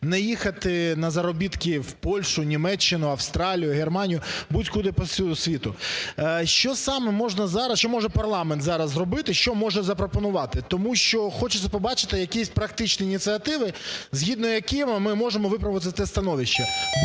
не їхати на заробітки у Польщу, Німеччину, Австралію, Германію, будь-куди по світу? Що саме можна зараз, що може парламент зараз зробити, що може запропонувати, тому що хочеться побачити якісь практичні ініціативи, згідно яких ми можемо виправити це становище.